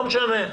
לא משנה.